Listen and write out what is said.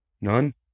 none